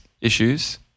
issues